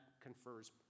confers